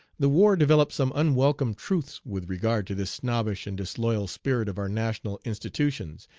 the war developed some unwelcome truths with regard to this snobbish and disloyal spirit of our national institutions,